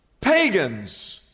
pagans